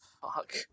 Fuck